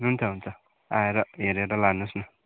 हुन्छ हुन्छ आएर हेरेर लानुहोस् न